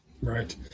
Right